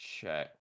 check